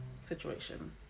situation